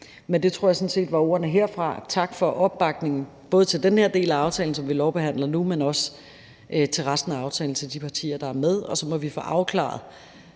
Det tror jeg sådan set var ordene herfra. Tak for opbakningen, både til den her del af aftalen, som vi lovbehandler nu, men også til resten af aftalen, til de partier, der er med, og så må vi få afklaret